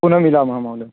पुन मिलामः महोदय